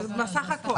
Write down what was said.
זה מהסך הכול.